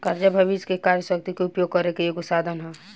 कर्जा भविष्य के कार्य शक्ति के उपयोग करे के एगो साधन ह